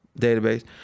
database